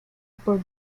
por